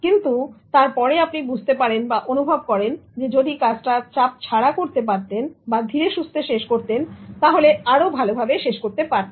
কিন্তু তারপরে আপনি বুঝতে পারেন বা অনুভব করেন যদি কাজটা চাপ ছাড়া করতে পারতেন বা ধীরেসুস্থে শেষ করতেন তাহলে আরো ভাল ভাবে শেষ করতে পারতেন